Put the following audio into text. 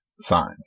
signs